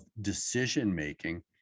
decision-making